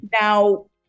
Now